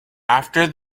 after